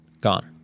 gone